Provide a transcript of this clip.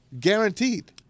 Guaranteed